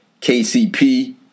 KCP